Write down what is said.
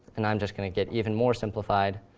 and i'm just going to get even more simplified.